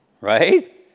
right